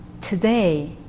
Today